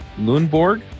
Lundborg